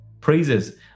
Praises